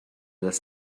das